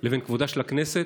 לבין כבודה של הכנסת,